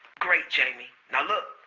great, jamie. now look,